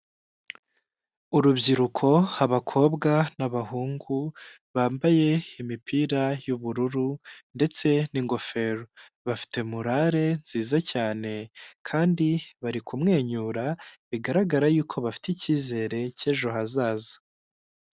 Urubyiruko abakobwa n'abahungu bambaye imipira y'ubururu ndetse n'ingofero bafite morare nziza cyane kandi bari kumwenyura bigaragara yuko bafite icyizere cy'ejo hazaza.